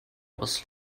was